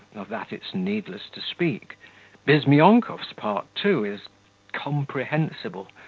of that it's needless to speak bizmyonkov's part, too, is comprehensible.